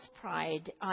pride